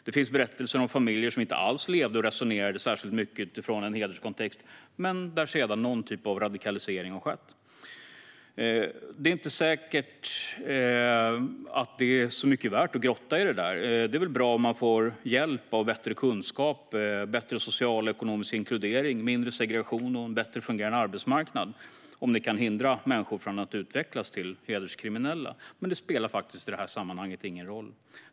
Det finns berättelser om familjer som inte alls levde och resonerade särskilt mycket utifrån en hederskontext men där sedan någon typ av radikalisering skedde. Det är inte säkert att det är så mycket värt att grotta i det. Det är väl bra om man med hjälp av bättre kunskap, bättre social och ekonomisk inkludering, mindre segregation och en bättre fungerande arbetsmarknad kan hindra människor från att utvecklas till hederskriminella, men det spelar faktiskt i det här sammanhanget ingen roll.